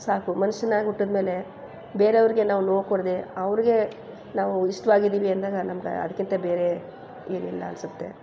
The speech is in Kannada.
ಸಾಕು ಮನುಷ್ಯನಾಗಿ ಹುಟ್ಟಿದ್ಮೇಲೆ ಬೇರೆಯವ್ರಿಗೆ ನಾವು ನೋವು ಕೊಡದೆ ಅವ್ರಿಗೆ ನಾವು ಇಷ್ಟವಾಗಿದ್ದೀವಿ ಅಂದಾಗ ನಮ್ಗೆ ಅದಕ್ಕಿಂತ ಬೇರೆ ಏನಿಲ್ಲ ಅನ್ನಿಸುತ್ತೆ